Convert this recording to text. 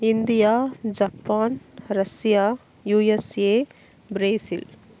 India Japan Russia USA Brazil